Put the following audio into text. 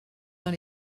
dans